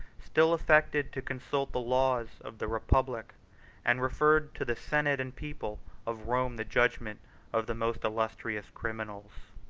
still affected to consult the laws of the republic and referred to the senate and people of rome the judgment of the most illustrious criminals.